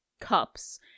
cups